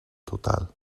total